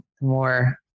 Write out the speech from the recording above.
more